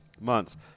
Months